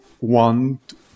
want